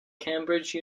cambridge